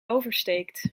oversteekt